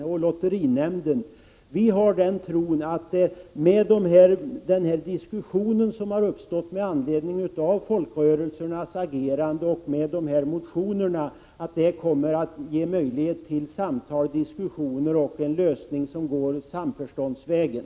Utskottsmajoriteten har den tron att den diskussion som har uppstått med anledning av folkrörelsernas agerande och motionerna i det här ärendet kommer att ge upphov till samtal och möjligheter att uppnå en lösning samförståndsvägen.